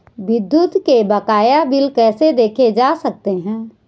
विद्युत के बकाया बिल कैसे देखे जा सकते हैं?